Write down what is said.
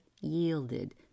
yielded